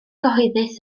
gyhoeddus